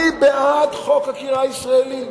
אני בעד חוק הגירה ישראלי.